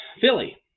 Philly